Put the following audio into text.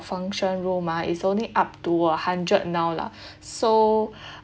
function room ah is only up to a hundred now lah so